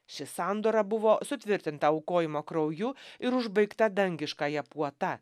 ši sandora buvo sutvirtinta aukojimo krauju ir užbaigta dangiškąja puota